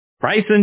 Bryson